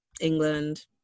England